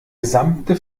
gesamte